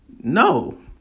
no